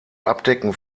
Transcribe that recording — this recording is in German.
abdecken